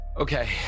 Okay